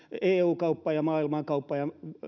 eu kauppa ja maailmankauppa